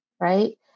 right